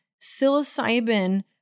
psilocybin